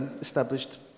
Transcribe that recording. established